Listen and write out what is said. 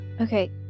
okay